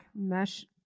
mesh